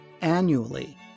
annually